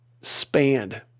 spanned